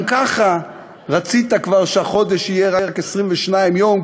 גם ככה רצית כבר שהחודש יהיה רק 22 יום,